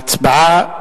ההצבעה,